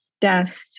death